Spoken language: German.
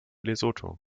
lesotho